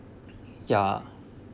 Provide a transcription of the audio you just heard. ya